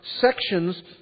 sections